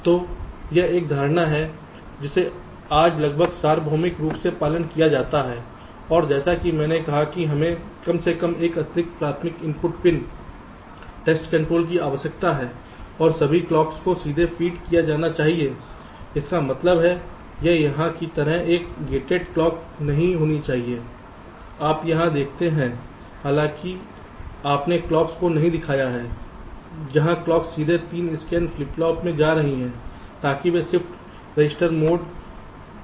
तो यह एक धारणा है जिसे आज लगभग सार्वभौमिक रूप से पालन किया जाता है और जैसा कि मैंने कहा हमें कम से कम एक अतिरिक्त प्राथमिक इनपुट पिन टेस्ट कंट्रोल की आवश्यकता है और सभी क्लॉक्स को सीधे फीड किया जाना चाहिए इसका मतलब है यह यहाँ की तरह एक gated क्लॉक नहीं होनी चाहिए आप यहाँ देखते हैं हालाँकि आपने क्लॉक्स को नहीं दिखाया है जहाँ क्लॉक्स सीधे 3 स्कैन फ्लिप फ्लॉप में जा रही हैं ताकि वे शिफ्ट रजिस्टर मोड s में काम कर सकें